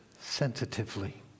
sensitively